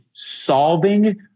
Solving